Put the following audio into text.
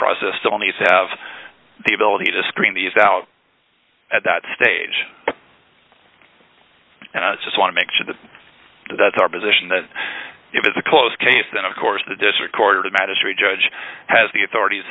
process still needs to have the ability to screen the is out at that stage and i just want to make sure that that's our position that if it's a close case then of course the district court or the magistrate judge has the authorit